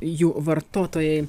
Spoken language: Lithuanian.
jų vartotojai